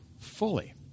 fully